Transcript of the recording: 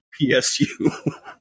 PSU